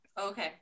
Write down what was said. okay